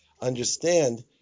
understand